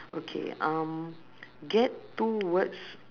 okay um get two words